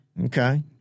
Okay